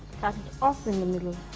off in the middle.